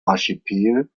archipel